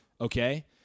okay